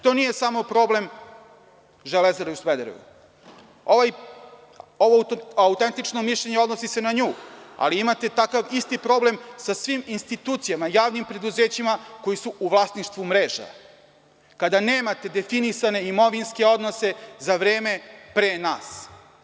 To nije samo problem Železare u Smederevu, ovo autentično mišljenje odnosi se na nju, ali imate takav isti problem sa svim institucijama i javnim preduzećima koji su u vlasništvu mreža, kada nemate definisane imovinske odnose za vreme pre nas.